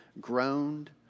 groaned